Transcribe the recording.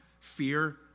fear